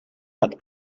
hat